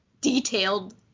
detailed